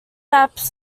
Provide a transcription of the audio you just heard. maps